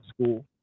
school